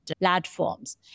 platforms